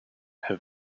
have